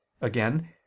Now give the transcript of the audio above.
Again